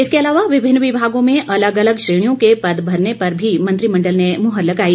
इसके अलावा विभिन्न विमागों में अलग अलग श्रेणियों के पद भरने पर भी मंत्रिमंडल ने मुहर लगाई